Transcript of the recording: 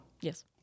Yes